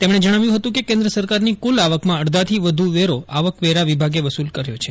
તેમજ્ઞ જપ્તાવ્યું હતું કે કેન્દ્ર સરકારની કુલ આવકમાં અડધા થી વધુ વેરો આવક વેરા વિભાગે વસુલ કર્યો છે